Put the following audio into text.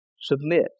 submit